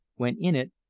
when in it,